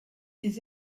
des